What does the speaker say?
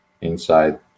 inside